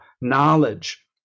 knowledge